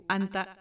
Anta